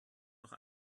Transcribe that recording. noch